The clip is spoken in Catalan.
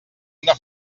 una